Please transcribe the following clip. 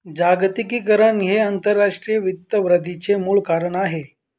जागतिकीकरण हे आंतरराष्ट्रीय वित्त वृद्धीचे मूळ कारण आहे